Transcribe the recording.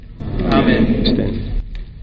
Amen